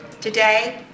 Today